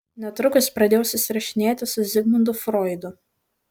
netrukus pradėjau susirašinėti su zigmundu froidu